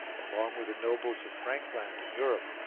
along with the nobles of frankland and europe.